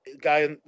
guy